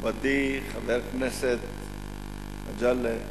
מכובדי חבר הכנסת מגלי,